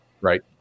Right